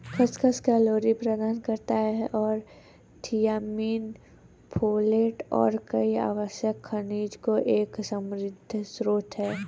खसखस कैलोरी प्रदान करता है और थियामिन, फोलेट और कई आवश्यक खनिजों का एक समृद्ध स्रोत है